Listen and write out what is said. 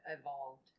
evolved